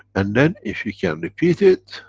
and then if you can repeat it,